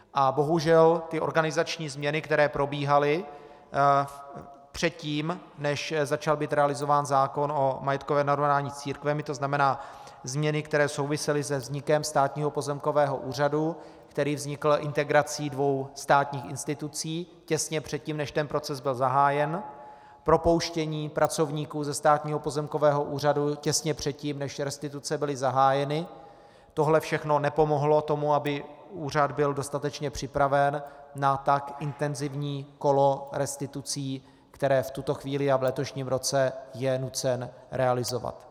A bohužel ty organizační změny, které probíhaly předtím, než začal být realizován zákon o majetkovém narovnání s církvemi, tzn. změny, které souvisely se vznikem Státního pozemkového úřadu, který vznikl integrací dvou státních institucí těsně předtím, než ten proces byl zahájen, propouštění pracovníků ze Státního pozemkového úřadu těsně předtím, než restituce byly zahájeny, tohle všechno nepomohlo tomu, aby úřad byl dostatečně připraven na tak intenzivní kolo restitucí, které v tuto chvíli a v letošním roce je nucen realizovat.